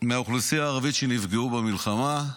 מהאוכלוסייה הערבית שנפגעו במלחמה,